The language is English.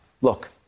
Look